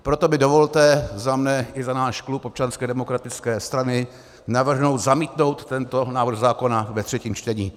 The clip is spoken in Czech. Proto mi dovolte za mne i za náš klub Občanské demokratické strany navrhnout zamítnout tento návrh zákona ve třetím čtení.